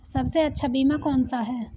सबसे अच्छा बीमा कौन सा है?